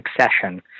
Succession